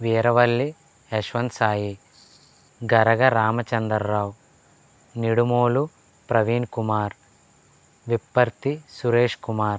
Veeravalli Yashwant Sai Garaga Ramachandrarao Nidumolu Praveen Kumar Vipparthi Suresh Kumar